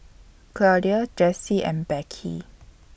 Claudie Jessie and Becky